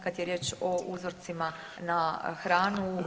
Kad je riječ o uzorcima na hranu